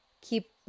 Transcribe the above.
keep